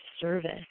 service